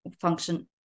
function